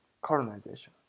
colonization